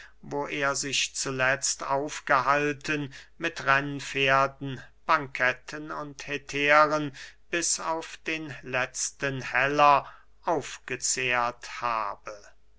wo er sich zuletzt aufgehalten mit rennpferden banketten und hetären bis auf den letzten heller aufgezehrt habe